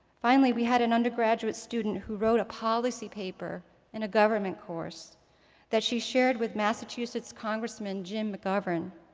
finally, we had an undergraduate student who wrote a policy paper in a government course that she shared with massachusetts congressman jim mcgovern.